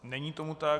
Není tomu tak.